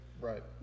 right